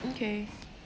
okay